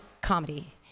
comedy